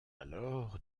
alors